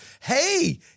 hey